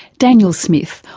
daniel smith,